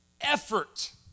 effort